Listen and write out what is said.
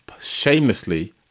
shamelessly